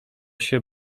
się